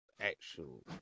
actual